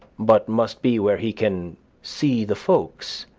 but must be where he can see the folks,